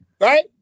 Right